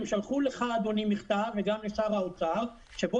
הם שלחו לך אדוני מכתב וגם לשר האוצר בו